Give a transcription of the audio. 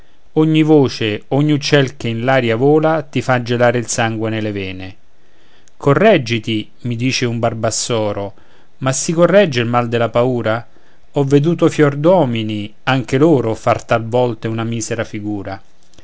ogni voce ogni uccel che in l'aria vola ti fa gelare il sangue nelle vene corrèggiti mi dice un barbassoro ma si corregge il mal della paura ho veduto fior d'uomini anche loro far talvolta una misera figura